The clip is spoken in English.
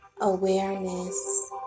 awareness